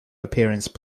appearance